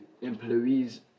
employees